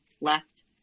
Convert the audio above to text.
left